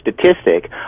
statistic